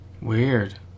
Weird